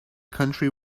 country